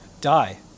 die